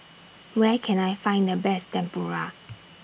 Where Can I Find The Best Tempura